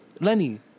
Lenny